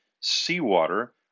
seawater